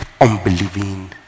unbelieving